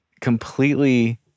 completely